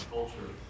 culture